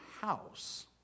house